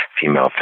female